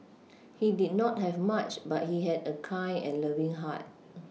he did not have much but he had a kind and loving heart